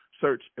Search